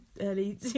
early